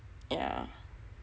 yah